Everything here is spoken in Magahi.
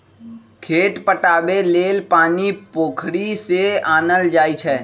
खेत पटाबे लेल पानी पोखरि से आनल जाई छै